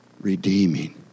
redeeming